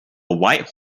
white